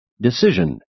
decision